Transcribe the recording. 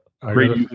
great